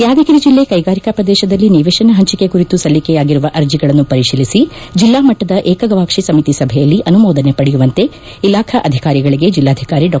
ಯಾದಗಿರಿ ಕೈಗಾರಿಕಾ ಪ್ರದೇಶದಲ್ಲಿ ನಿವೇಶನ ಹಂಚಿಕೆ ಕುರಿತು ಸಲ್ಲಿಕೆಯಾಗಿರುವ ಅರ್ಜಿಗಳನ್ನು ಪರಿಶೀಲಿಸಿ ಜಿಲ್ಲಾ ಮಟ್ಟದ ಏಕಗವಾಕ್ಷಿ ಸಮಿತಿ ಸಭೆಯಲ್ಲಿ ಅನುಮೋದನೆ ಪಡೆಯುವಂತೆ ಇಲಾಖಾಧಿಕಾರಿಗಳಿಗೆ ಜಿಲ್ಲಾಧಿಕಾರಿ ಡಾ